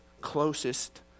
closest